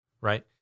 right